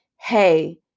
hey